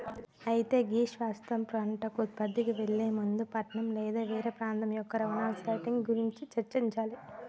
అయితే గీ శాశ్వత పంటల ఉత్పత్తికి ఎళ్లే ముందు పట్నం లేదా వేరే ప్రాంతం యొక్క రవాణా సెట్టింగ్ గురించి చర్చించాలి